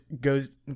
goes